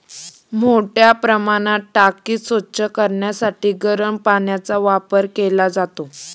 मोठ्या प्रमाणात टाकी स्वच्छ करण्यासाठी गरम पाण्याचा वापर केला जातो